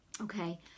okay